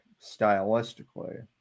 stylistically